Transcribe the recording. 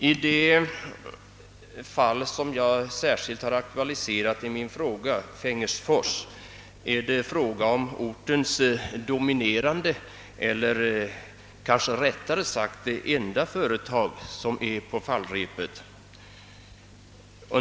Det fall som särskilt har aktualiserat min fråga är Fengersfors. Det är ortens dominerande — eller rättare sagt enda — företag som är på fallrepet.